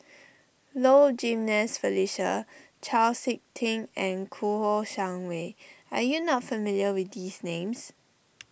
Low Jimenez Felicia Chau Sik Ting and Kouo Shang Wei are you not familiar with these names